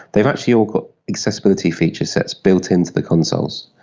they've actually all got accessibility feature sets built into the consoles,